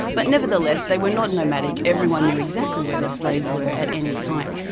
but nevertheless they were not nomadic. everyone knew exactly where their slaves were, at any time.